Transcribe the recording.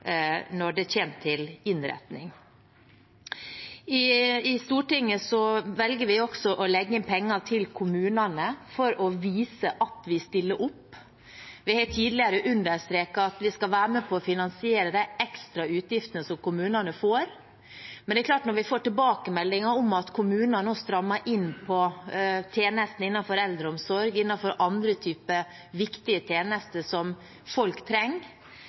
når det gjelder innretning. I Stortinget velger vi også å legge inn penger til kommunene for å vise at vi stiller opp. Vi har tidligere understreket at vi skal være med på å finansiere de ekstra utgiftene som kommunene får. Men når vi nå får tilbakemeldinger om at kommuner strammer inn på tjenestene innenfor eldreomsorg og andre typer viktige tjenester som folk trenger,